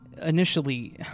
Initially